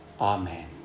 Amen